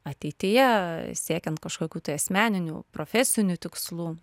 ateityje siekiant kažkokių tai asmeninių profesinių tikslų